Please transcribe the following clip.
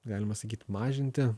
galima sakyt mažinti